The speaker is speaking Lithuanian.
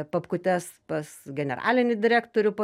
papkutes pas generalinį direktorių po